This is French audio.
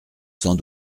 sans